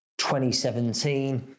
2017